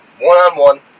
One-on-one